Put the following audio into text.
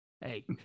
Hey